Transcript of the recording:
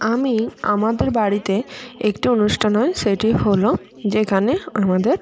আমি আমাদের বাড়িতে একটি অনুষ্ঠান হয় সেটি হলো যেখানে আমাদের